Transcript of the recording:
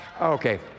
okay